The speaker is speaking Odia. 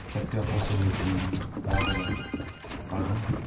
ଜାତୀୟ ପଶୁ ହେଉଛି ଭାରତର ବାଘ